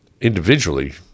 individually